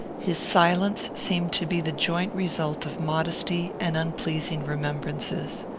his silence seemed to be the joint result of modesty and unpleasing remembrances.